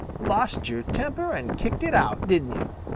lost your temper and kicked it out, didn't you?